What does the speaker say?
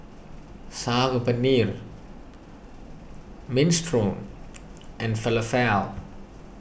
Saag Paneer Minestrone and Falafel